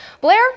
Blair